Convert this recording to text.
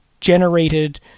generated